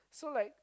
so like